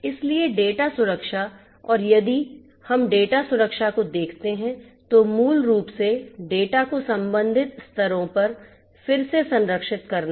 इसलिए डेटा सुरक्षा और यदि हम डेटा सुरक्षा को देखते हैं तो मूल रूप से डेटा को संबंधित स्तरों पर फिर से संरक्षित करना होगा